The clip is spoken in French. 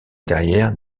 derrière